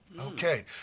okay